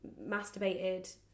masturbated